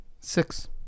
Six